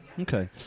okay